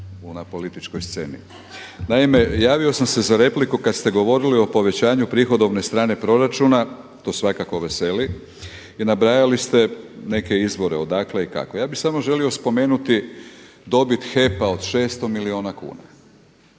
Naime, javio sam se za repliku kada ste govorili o povećanju prihodovne strane proračuna, to svakako veseli i nabrajali ste neke izvore odakle i kako. Ja bih samo želio spomenuti dobit HDP-a od 600 milijuna kuna.